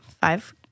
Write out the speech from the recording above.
five